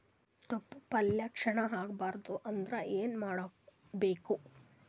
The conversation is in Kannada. ತೊಪ್ಲಪಲ್ಯ ಕ್ಷೀಣ ಆಗಬಾರದು ಅಂದ್ರ ಏನ ಮಾಡಬೇಕು?